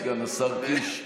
סגן השר קיש,